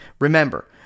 Remember